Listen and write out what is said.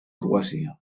poesia